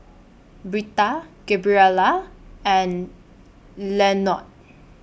Britta Gabriela and Lenord